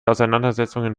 auseinandersetzungen